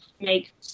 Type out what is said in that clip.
make